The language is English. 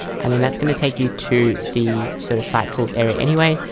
and then that's going to take you to the sort of site tools area. anyway,